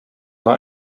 war